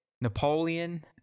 Napoleon